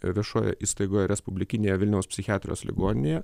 viešojoj įstaigoje respublikinėje vilniaus psichiatrijos ligoninėje